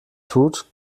tut